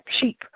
cheap